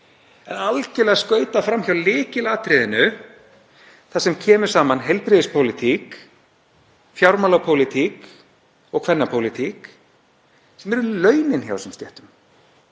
en algerlega skautað fram hjá lykilatriðinu þar sem kemur saman heilbrigðispólitík, fjármálapólitík og kvennapólitík sem eru launin hjá þessum stéttum.